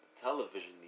television